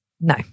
No